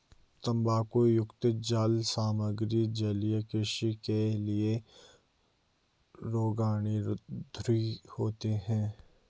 तांबायुक्त जाल सामग्री जलीय कृषि के लिए रोगाणुरोधी होते हैं